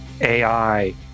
AI